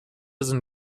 sind